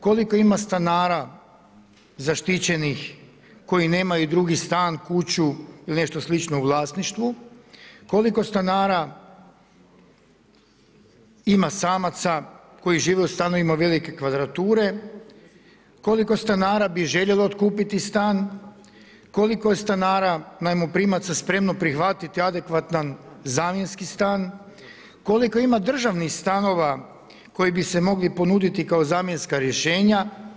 Koliko ima stanara zaštićenih koji nemaju drugi stan, kuću ili nešto slično u vlasništvu, koliko stanara ima samaca koji žive u stanovima velike kvadrature, koliko stanara bi željelo otkupiti stan, koliko stanara najmoprimaca je spremno prihvatiti adekvatan zamjenski stan, koliko ima državnih stanova koji bi se mogli ponuditi kao zamjenska rješenja?